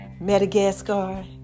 madagascar